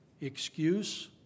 excuse